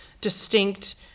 distinct